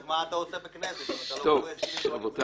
אז מה אתה עושה בכנסת אם אתה לא קורא הסכם קואליציוני.